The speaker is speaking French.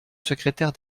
secrétaire